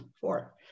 Four